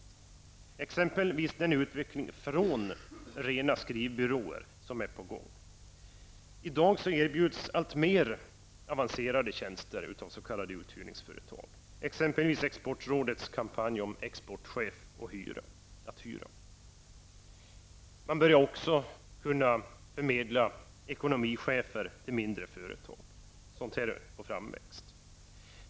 Det gäller t.ex. den utveckling från rena skrivbyråer som är på gång. Dessa s.k. uthyrningsföretag erbjuder alltmer avancerade tjänster. Exportrådet har t.ex. fört en kampanj om ''exportchef att hyra''. Man börjar också kunna förmedla ekonomichefer till mindre företag. Denna verksamhet är på framväxt.